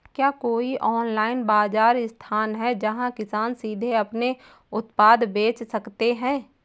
क्या कोई ऑनलाइन बाज़ार स्थान है जहाँ किसान सीधे अपने उत्पाद बेच सकते हैं?